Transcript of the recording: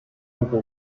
hubo